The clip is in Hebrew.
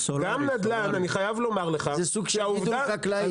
גם נדל"ן אני חייב לומר לך שהעובדה --- זה סוג של גידול חקלאי